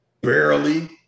Barely